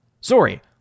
Sorry